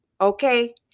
Okay